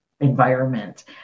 Environment